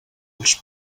els